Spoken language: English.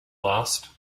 last